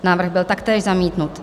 Návrh byl taktéž zamítnut.